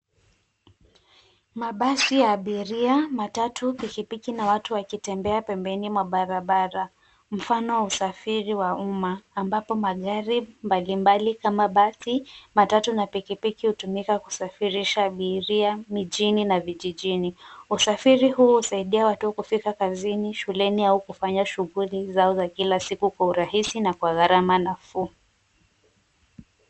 Mabasi ya abiria, matatu , pikipiki na watu wakitembea pembeni mwa barabara. Mfano wa usafiri wa umma ambapo magari mbalimbali kama basi, matatu na pikipiki hutumika kusafirisha abiria mijini na vijijini. Usafiri huu husaidia watu kufika kazini, shuleni au kufanya shughuli zao za kila siku kwa urahisi na kwa gharama nafuu.